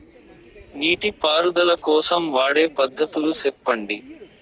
నీటి పారుదల కోసం వాడే పద్ధతులు సెప్పండి?